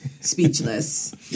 speechless